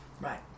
Right